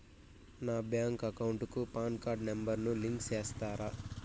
నా bank account కు PAN card number ను లింకు సేస్తారా?